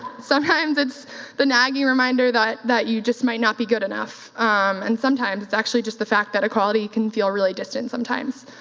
sometimes it's the nagging reminder that that you just might not be good enough and sometimes it's actually just the fact that equality can feel really distant sometimes